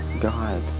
God